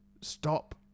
Stop